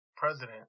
president